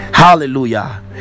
hallelujah